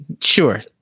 Sure